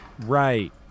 Right